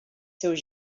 seus